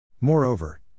Moreover